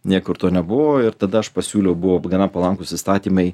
niekur to nebuvo ir tada aš pasiūliau buvo gana palankūs įstatymai